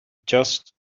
just